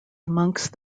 amongst